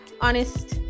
honest